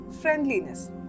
friendliness